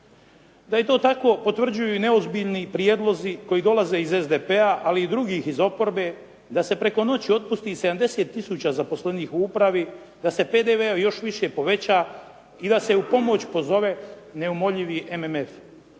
Da je to tako potvrđuju i neozbiljni prijedlozi koji dolaze iz SDP-a, ali i drugih iz oporbe da se preko noći otpusti i 70 tisuća zaposlenih u upravi, da se PDV još više poveća i da se u pomoć pozove neumoljivi MMF.